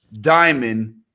diamond